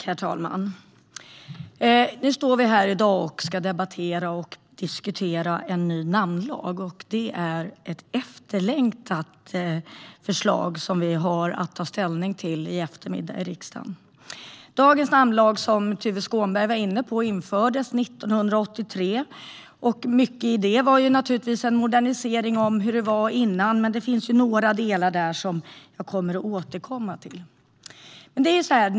Herr talman! I dag debatterar och diskuterar vi här en ny namnlag. Det är ett efterlängtat förslag som vi i riksdagen har att ta ställning till i eftermiddag. Dagens namnlag infördes 1983, som Tuve Skånberg sa. Mycket i den var naturligtvis en modernisering av det som var innan, och det finns några delar där som jag ska återkomma till.